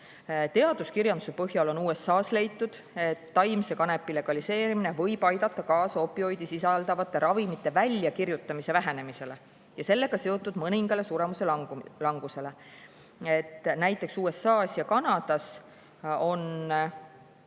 Teaduskirjanduse põhjal on USA‑s leitud, et taimse kanepi legaliseerimine võib aidata kaasa opioide sisaldavate ravimite väljakirjutamise vähenemisele ja sellega seotult mõningale suremuse langusele. Näiteks USA‑s ja Kanadas on